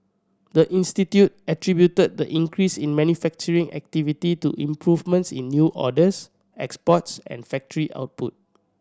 the institute attributed the increase in manufacturing activity to improvements in new orders exports and factory output